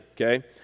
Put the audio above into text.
okay